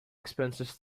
expenses